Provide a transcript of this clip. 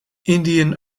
indian